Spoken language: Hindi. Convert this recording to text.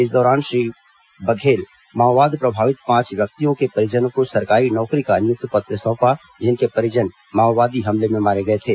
इस दौरान श्री बघेल माओवाद प्रभावित पांच व्यक्तियों के परिजनों को सरकारी नौकरी का नियुक्ति पत्र सौंपा जिनके परिजन माओवादी हमले में मारे गए थे